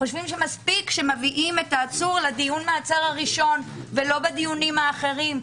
חושבים שמספיק שמביאים את העצור לדיון מעצר הראשון ולא בדיונים האחרים.